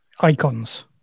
icons